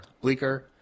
Bleaker